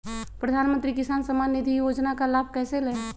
प्रधानमंत्री किसान समान निधि योजना का लाभ कैसे ले?